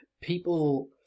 people